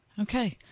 Okay